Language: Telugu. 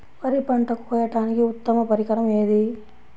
వరి పంట కోయడానికి ఉత్తమ పరికరం ఏది?